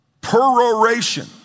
peroration